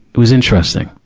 it was interesting.